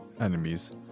enemies